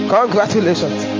Congratulations